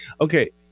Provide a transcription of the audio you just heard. Okay